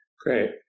Great